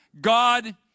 God